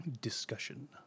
discussion